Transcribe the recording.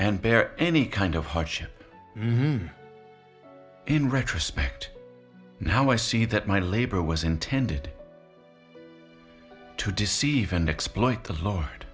bear any kind of hardship in retrospect now i see that my labor was intended to deceive and exploit the lord